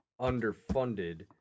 underfunded